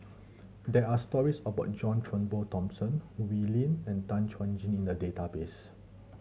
there are stories about John Turnbull Thomson Wee Lin and Tan Chuan Jin in the database